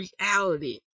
reality